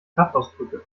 kraftausdrücke